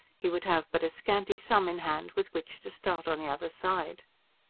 he would have but a scanty sum in hand with which to start on the other side.